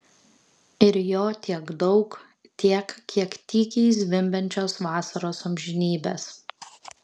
ir jo tiek daug tiek kiek tykiai zvimbiančios vasaros amžinybės